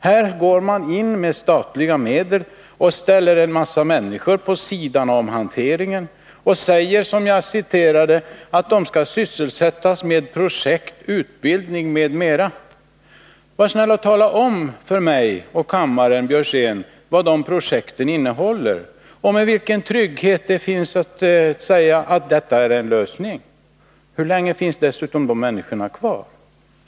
Här går man in med statliga medel, ställer en mängd människor på sidan av hanteringen och säger, som jag citerade tidigare, att de skall sysselsättas med projekt, utbildning m.m. Var snäll och tala om för mig och kammarens övriga ledamöter, Karl Björzén, vad de projekten innehåller och med vilken trygghet man kan säga att detta är en lösning. Hur länge finns dessutom de människorna kvar?